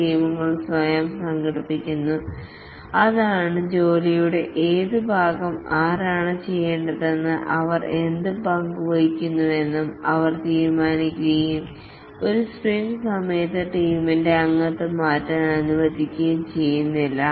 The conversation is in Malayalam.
ടീമുകൾ സ്വയം സംഘടിപ്പിക്കുന്നു അതാണ് ജോലിയുടെ ഏത് ഭാഗം ആരാണ് ചെയ്യേണ്ടതെന്നും അവർ എന്ത് പങ്കുവഹിക്കുമെന്നും അവർ തീരുമാനിക്കുകയും ഒരു സ്പ്രിന്റ് സമയത്ത് ടീമിന്റെ അംഗത്വം മാറ്റാൻ അനുവദിക്കുകയും ചെയ്യുന്നില്ല